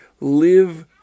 live